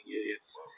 Idiots